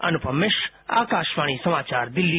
अनुपम मिश्र आकाशवाणी समाचार दिल्ली